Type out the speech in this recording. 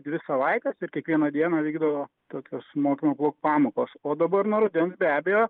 dvi savaites kiekvieną dieną vykdavo tokios mokymo plaukt pamokos o dabar nuo rudens be abejo